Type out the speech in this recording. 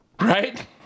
right